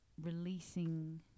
releasing